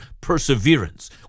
perseverance